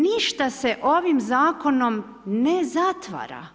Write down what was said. Ništa se ovim Zakonom ne zatvara.